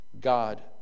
God